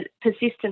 persistent